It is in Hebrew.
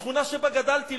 שכונה שבה גדלתי,